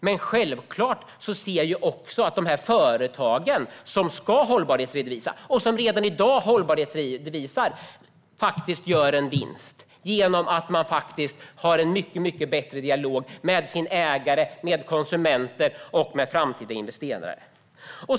Men självklart ser jag också att de företag som ska hållbarhetsredovisa och som redan i dag hållbarhetsredovisar gör en vinst genom att de har en mycket bättre dialog med sina ägare, med konsumenterna och med framtida investerare.